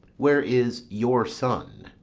where is your son?